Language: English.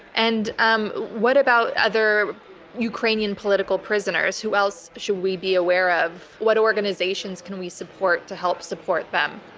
and um what about other ukrainian political prisoners? who else should we be aware of? what organizations can we support to help support them?